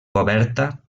coberta